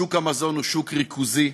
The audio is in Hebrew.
שוק המזון הוא שוק ריכוזי,